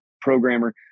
programmer